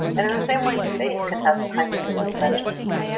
and in the same way, space can have tiny hidden dimensions.